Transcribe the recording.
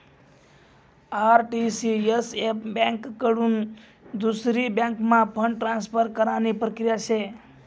RTCSF ब्यांककडथून दुसरी बँकम्हा फंड ट्रान्सफर करानी प्रक्रिया शे